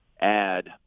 add